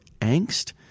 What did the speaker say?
angst